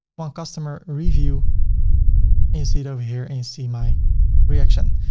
one customer review and you see it over here? and you see my reaction.